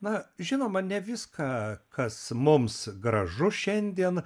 na žinoma ne viską kas mums gražu šiandien